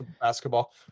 basketball